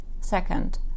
Second